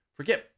Forget